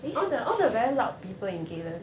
eh